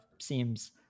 seems